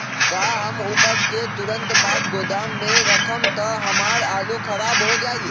का हम उपज के तुरंत बाद गोदाम में रखम त हमार आलू खराब हो जाइ?